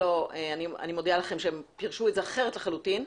אני מודיעה לכם שבתל אביב פירשו אחרת לחלוטין.